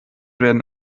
werden